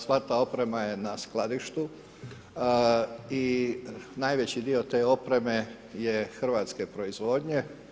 Sva ta oprema je na skladištu i najveći dio te opreme je hrvatske proizvodnje.